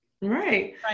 Right